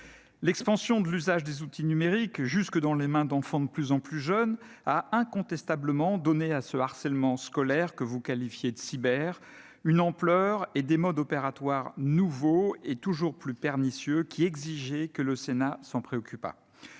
L'expansion de l'usage des outils numériques, jusque dans les mains d'enfants de plus en plus jeunes, a incontestablement donné à ce harcèlement scolaire, que vous qualifiez de cyberharcèlement, une ampleur et conduit à des modes opératoires nouveaux et toujours plus pernicieux, qui exigeaient que le Sénat s'en préoccupât.